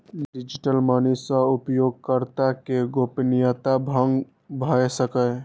digital money सं उपयोगकर्ता के गोपनीयता भंग भए सकैए